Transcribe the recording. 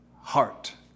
heart